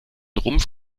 rumpf